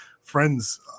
friends